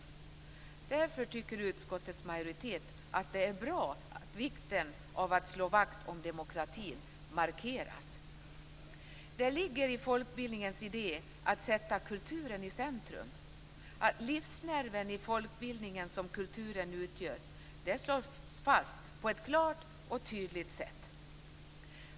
Därför tycker utskottets majoritet att det är bra att vikten av att slå vakt om demokratin markeras. Det ligger i folkbildningens idé att sätta kulturen i centrum. Den livsnerv i folkbildningen som kulturen utgör slås på ett klart och tydligt sätt fast.